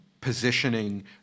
positioning